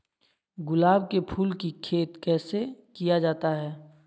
गुलाब के फूल की खेत कैसे किया जाता है?